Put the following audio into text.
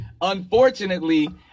unfortunately